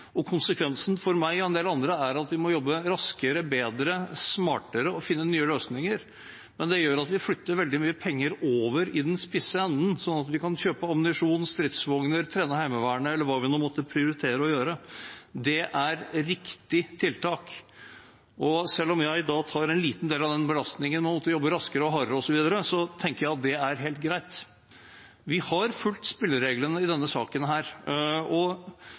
Konsekvensen for meg og en del andre er at vi må jobbe raskere, bedre, smartere og finne nye løsninger, men det gjør at vi flytter veldig mye penger over i den spisse enden, slik at vi kan kjøpe ammunisjon, stridsvogner, trene Heimevernet eller hva vi nå måtte prioritere å gjøre. Det er riktige tiltak. Og selv om jeg tar en liten del av denne belastningen med å jobbe raskere og hardere, tenker jeg at det er helt greit. Vi har fulgt spillereglene i denne saken, og